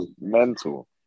Mental